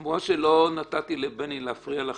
כמו שלא נתתי לבני להפריע לכם,